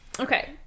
Okay